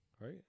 Right